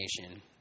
nation